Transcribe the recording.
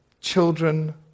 children